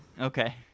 Okay